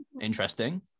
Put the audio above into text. interesting